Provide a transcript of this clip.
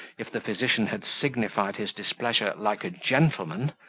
if the physician had signified his displeasure like a gentleman,